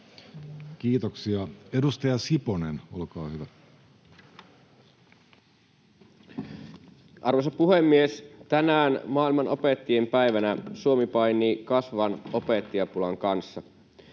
Time: 16:07 Content: Arvoisa puhemies! Tänään maailman opettajien päivänä Suomi painii kasvavan opettajapulan kanssa.